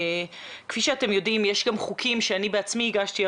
כפי שאתם יודעים יש גם חוקים שאני בעצמי הגשתי,